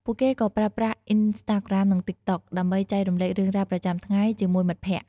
ពួកគេក៏ប្រើប្រាស់ អុីនស្តាក្រាម និង តីកតុក ដើម្បីចែករំលែករឿងរ៉ាវប្រចាំថ្ងៃជាមួយមិត្តភក្តិ។